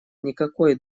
никакой